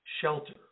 shelter